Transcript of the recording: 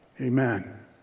Amen